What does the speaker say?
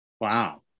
Wow